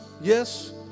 Yes